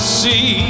see